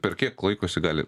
per kiek laiko jisai gali